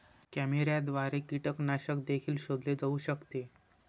कॅमेऱ्याद्वारे कीटकनाशक देखील शोधले जाऊ शकते